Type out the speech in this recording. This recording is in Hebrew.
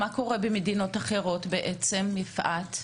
מה קורה במדינות אחרות, יפעת?